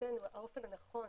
שמבחינתנו האופן הנכון